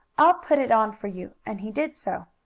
i'll put it on for you, and he did so.